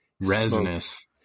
Resinous